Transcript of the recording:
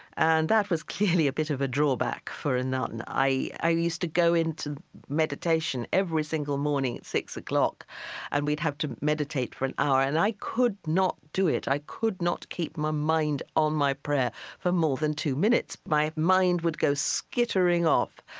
and that was clearly a bit of a drawback for and a nun. i i used to go into meditation every single morning at six o'clock and we'd have to meditate for an hour, and i could not do it. i could not keep my mind on my prayer for more than two minutes. my mind would go skittering off,